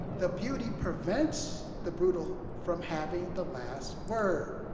the beauty prevents the brutal from having the last word.